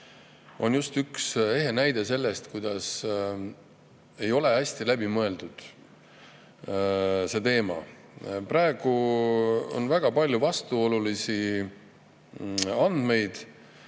on just üks ehe näide sellest, kuidas see teema ei ole hästi läbi mõeldud. Praegu on väga palju vastuolulisi andmeid.